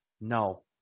no